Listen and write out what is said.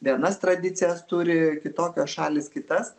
vienas tradicijas turi kitokios šalys kitas